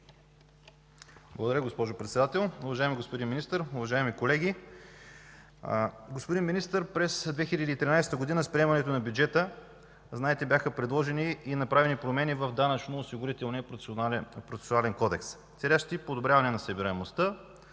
Благодаря, госпожо Председател. Уважаеми господин Министър, уважаеми колеги! Господин Министър, през 2013 г. с приемането на бюджета, знаете, бяха предложени и направени промени в Данъчно-осигурителния процесуален кодекс, целящи подобряване на събираемостта